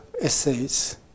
essays